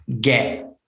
get